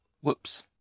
Whoops